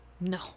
No